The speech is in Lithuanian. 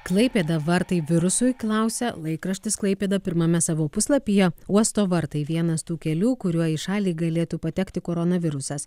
klaipėda vartai virusui klausia laikraštis klaipėda pirmame savo puslapyje uosto vartai vienas tų kelių kuriuo į šalį galėtų patekti koronavirusas